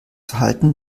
verhalten